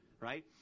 right